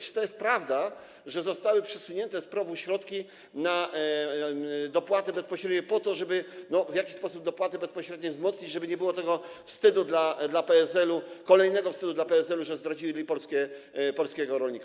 Czy to jest prawda, że zostały przesunięte z PROW środki na dopłaty bezpośrednie, żeby w jakiś sposób dopłaty bezpośrednie wzmocnić, żeby nie było tego wstydu dla PSL-u, kolejnego wstydu dla PSL-u, że zdradzili polskiego rolnika?